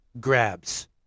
grabs